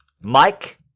Mike